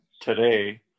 today